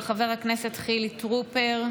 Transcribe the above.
של חבר הכנסת חילי טרופר.